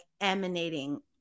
emanating